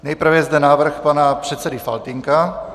Nejprve je zde návrh pana předsedy Faltýnka.